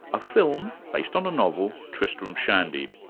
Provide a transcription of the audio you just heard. a film, based on a novel, tristram shandy.